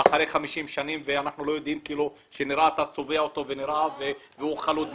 המוצר הזה אחרי 50 שנים כאשר הוא כבר חלוד בפנים.